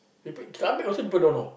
people Islamic people also don't know